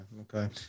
okay